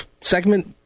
segment